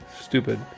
stupid